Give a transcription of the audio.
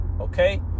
okay